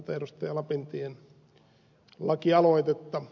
lapintien lakialoitetta